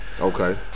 okay